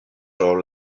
sur